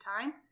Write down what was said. time